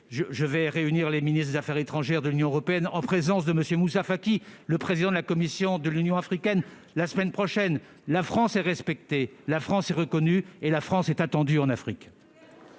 réunir les ministres des affaires étrangères de l'Union européenne, en présence de M. Moussa Faki, le président de la Commission de l'Union africaine, la semaine prochaine. La France est respectée, la France est reconnue, la France est attendue en Afrique